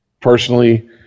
Personally